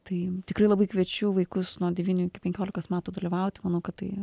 tai tikrai labai kviečiu vaikus nuo devynių iki penkiolikos metų dalyvauti manau kad tai